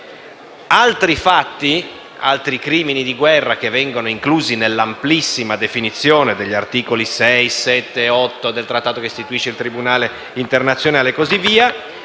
Altri fatti, altri crimini di guerra, inclusi nell'amplissima definizione degli articoli 6, 7 e 8 del trattato con cui si istituisce il Tribunale internazionale e